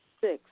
Six